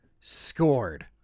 scored